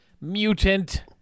Mutant